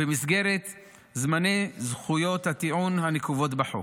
ובמסגרת זמני זכויות הטיעון הנקובות בחוק.